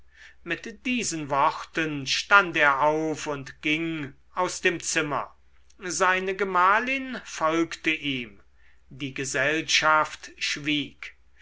mit diesen worten stand er auf und ging aus dem zimmer seine gemahlin folgte ihm die gesellschaft schwieg